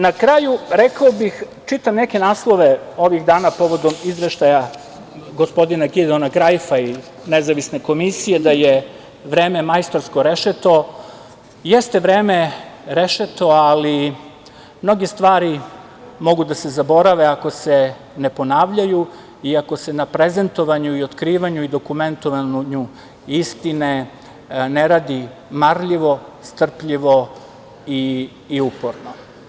Na kraju, rekao bih, čitam neke naslove ovih dana povodom izveštaja gospodina … (ne razume se) Krajfa i nezavisne komisije, da je vreme majstorsko rešeto jeste vreme rešeto, ali mnoge stvari mogu da se zaborave ako se ne ponavljaju i ako se na prezentovanju i otkrivanju i dokumentovanju istine ne radi marljivo, strpljivo i uporno.